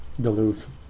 Duluth